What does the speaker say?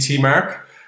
mark